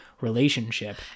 relationship